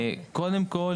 קודם כל,